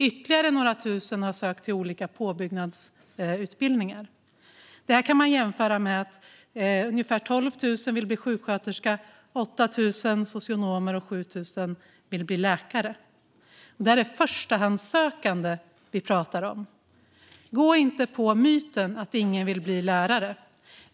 Ytterligare några tusen har sökt till olika påbyggnadsutbildningar. Detta kan man jämföra med att ungefär 12 000 vill bli sjuksköterska, 8 000 socionomer och 7 000 läkare. Det är förstahandssökande vi talar om. Gå inte på myten om att ingen vill bli lärare.